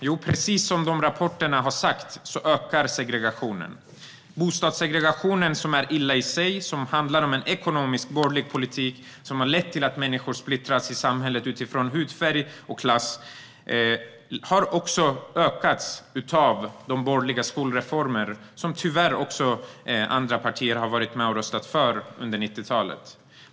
Jo, precis som rapporterna har sagt ökar segregationen. Bostadssegregationen, som är illa i sig och handlar om en ekonomiskt borgerlig politik som har lett till att människor splittras i samhället utifrån hudfärg och klass, har också ökat på grund av de borgerliga skolreformer som tyvärr också andra partier har röstat för under 1990-talet.